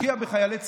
להשקיע בחיילי צה"ל.